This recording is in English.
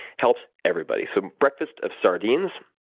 helps everybody. so, breakfast of sardines,